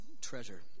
treasure